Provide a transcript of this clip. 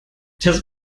das